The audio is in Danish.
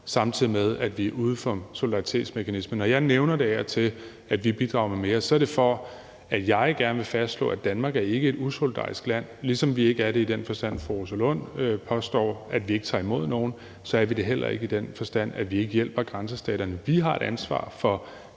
samtidig med at vi er uden for solidaritetsmekanismen. Når jeg af og til nævner, at vi bidrager med mere, så er det, fordi jeg gerne vil fastslå, at Danmark ikke er et usolidarisk land. Ligesom vi ikke er det i den forstand, at vi ikke tager imod nogen, som Rosa Lund påstår, så er vi det heller ikke i den forstand, at vi ikke hjælper grænsestaterne. Vi har et ansvar for